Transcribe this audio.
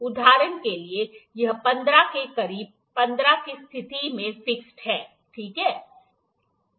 उदाहरण के लिए यह 15 के करीब 15 की स्थिति में फिक्सड है ठीक है